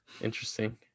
Interesting